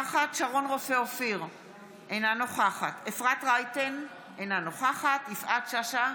נוכח עופר כסיף, בעד חיים כץ,